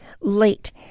late